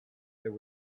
there